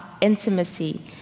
intimacy